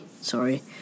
Sorry